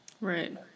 Right